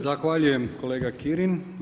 Zahvaljujem kolega Kirin.